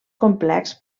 complex